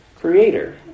creator